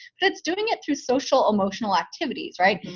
but it's doing it through social-emotional activities, right?